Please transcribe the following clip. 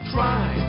Try